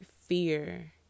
fear